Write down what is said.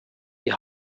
die